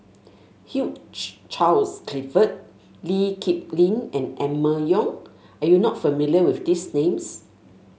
Hugh Charles Clifford Lee Kip Lin and Emma Yong are you not familiar with these names